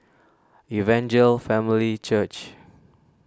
Evangel Family Church